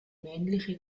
männlich